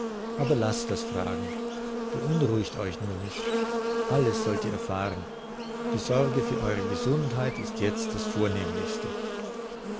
aber laßt das fragen beunruhigt euch nur nicht alles sollt ihr erfahren die sorge für eure gesundheit ist jetzt das vornehmlichste